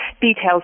details